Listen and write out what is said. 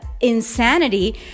insanity